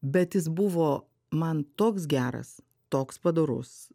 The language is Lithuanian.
bet jis buvo man toks geras toks padorus